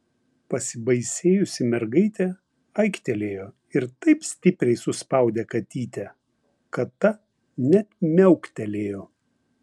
pasibaisėjusi mergaitė aiktelėjo ir taip stipriai suspaudė katytę kad ta net miauktelėjo